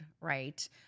right